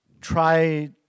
try